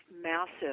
massive